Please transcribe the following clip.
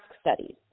studies